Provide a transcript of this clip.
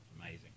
amazing